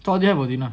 for there for dinner